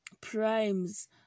primes